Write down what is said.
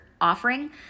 offering